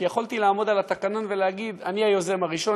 כי יכולתי לעמוד על התקנון ולהגיד: אני היוזם הראשון,